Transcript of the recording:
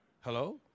Hello